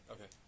Okay